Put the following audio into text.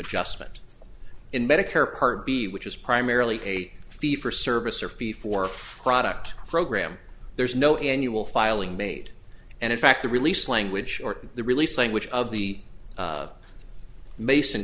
adjustment in medicare part d which is primarily a fee for service or fee for product program there's no annual filing made and in fact the release language or the release language of the mason